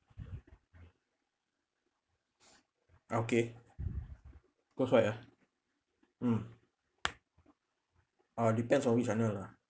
okay cause why ah mm ah depends on which arnold lah